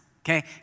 okay